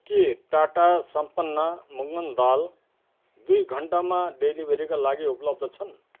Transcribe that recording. के टाटा सम्पन्न मुङ्ग दाल दुई घन्टामा डेलिभरीका लागि उपलब्ध छन्